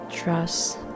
Trust